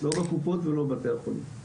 לא בקופות ולא בבתי החולים.